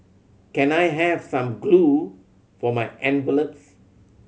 can I have some glue for my envelopes